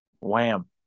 Wham